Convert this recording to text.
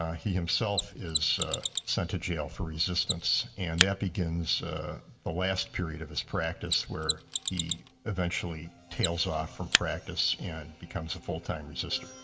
ah he himself is sent to jail for resistance, and that begins the last period of his practice where he eventually tails off from practice and becomes a full-time resister.